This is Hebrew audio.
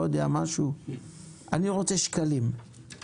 אני רוצה שקלים.